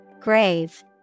Grave